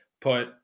put